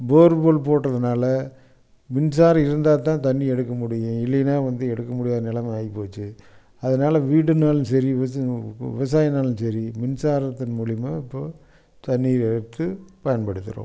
போர் கோல் போட்டதுனால் மின்சாரம் இருந்தால் தான் தண்ணி எடுக்க முடியும் இல்லைன்னா வந்து எடுக்க முடியாத நிலம ஆகிபோச்சு அதனால் வீடுனாலும் சரி விவசாயன்னாலும் சரி மின்சாரத்தின் மூலிமா இப்போ தண்ணி எடுத்து பயன்படுத்துகிறோம்